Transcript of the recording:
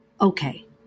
Okay